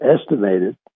estimated